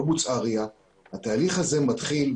התהליך הזה מתחיל,